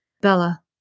Bella